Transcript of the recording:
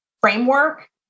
framework